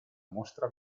mostra